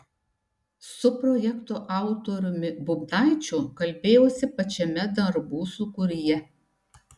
su projekto autoriumi bubnaičiu kalbėjausi pačiame darbų sūkuryje